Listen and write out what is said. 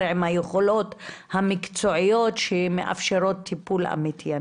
עם היכולות המקצועיות שמאפשרות טיפול אמיתי.